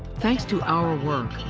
thanks to our work.